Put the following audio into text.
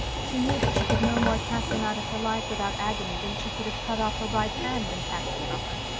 she knew that she could no more cast him out of her life without agony than she could have cut off her right hand and cast it from her.